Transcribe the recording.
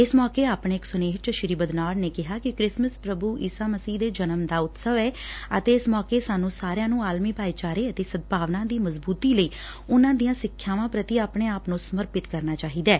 ਇਸ ਮੌਕੇ ਆਪਣੇ ਇਕ ਸੁਨੇਹੇ 'ਚ ਸ਼ੀ ਬਦਨੌਰ ਨੇ ਕਿਹਾ ਕਿ ਕਿਸਮਿਸ ਪੁਕੁ ਈਸਾ ਮਸੀਹ ਦੇ ਜਨਮ ਦਾ ਉਤਸਵ ਏ ਅਤੇ ਇਸ ਮੌਕੇ ਸਾਨੰ ਸਾਰਿਆਂ ਨੰ ਆਲਮੀ ਭਾਈਚਾਰੇ ਅਤੇ ਸਦਭਾਵਨਾ ਦੀ ਮਜਬੁਤੀ ਲਈ ਉਨਾਂ ਦੀਆਂ ਸਿੱਖਿਆਵਾਂ ਪੁਤੀ ਆਪਣੇ ਆਪ ਨੰ ਸਮਰਪਿਤ ਕਰਨਾ ਚਾਹੀਦੈ